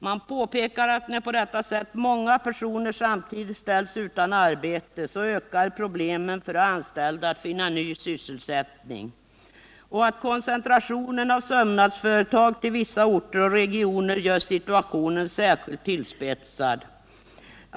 Man påpekar att när många personer på detta sätt samtidigt ställs utan arbete ökar problemen för de anställda att finna ny sysselsättning och att koncentrationen av sömnadsföretag till vissa orter och regioner gör situationen särskilt tillspetsad.